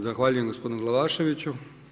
Zahvaljujem gospodinu Glavaševiću.